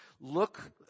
Look